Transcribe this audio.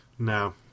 No